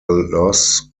loss